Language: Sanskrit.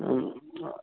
हा